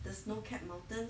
the snow capped mountains